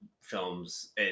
films